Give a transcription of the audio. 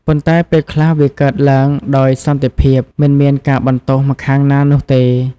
ប៉ុន្តែ ពេលខ្លះ វាកើតឡើងដោយសន្តិភាព មិនមានការបន្ទោសម្ខាងណានោះទេ។